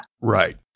Right